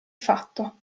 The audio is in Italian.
fatto